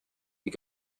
you